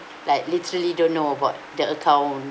like literally don't know about the account